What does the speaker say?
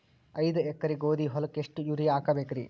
ಐದ ಎಕರಿ ಗೋಧಿ ಹೊಲಕ್ಕ ಎಷ್ಟ ಯೂರಿಯಹಾಕಬೆಕ್ರಿ?